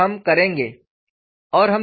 और हम करेंगे